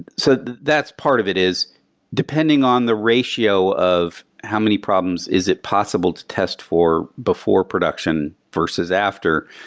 so that's part of it is depending on the ratio of how many problems is it possible to test for before production, versus after,